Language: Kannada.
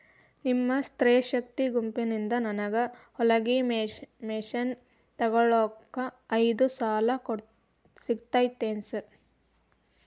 ನಿಮ್ಮ ಸ್ತ್ರೇ ಶಕ್ತಿ ಗುಂಪಿನಿಂದ ನನಗ ಹೊಲಗಿ ಮಷೇನ್ ತೊಗೋಳಾಕ್ ಐದು ಸಾಲ ಸಿಗತೈತೇನ್ರಿ?